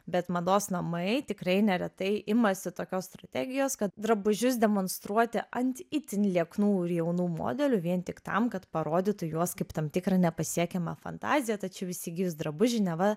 bet mados namai tikrai neretai imasi tokios strategijos kad drabužius demonstruoti ant itin lieknų ir jaunų modelių vien tik tam kad parodytų juos kaip tam tikrą nepasiekiamą fantaziją tačiau įsigijus drabužį neva